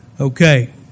Okay